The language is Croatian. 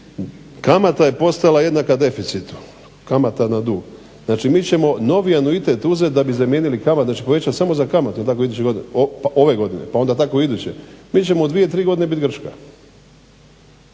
kamata je postala jednaka deficitu, kamata na dug. Znači, mi ćemo novi anuitet uzeti da bi zamijenili kamatu, da se poveća samo za kamatu ove godine pa onda tako iduće. Mi ćemo u dvije, tri godine biti Grčka.